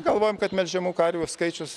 galvojam kad melžiamų karvių skaičius